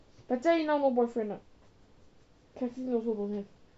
but jia yi now no boyfriend [what] kathlyn also don't have